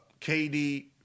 KD